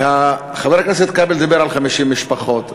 חבר הכנסת כבל דיבר על 50 משפחות,